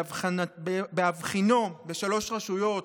בהבחינו בשלוש רשויות,